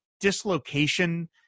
dislocation